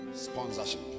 Sponsorship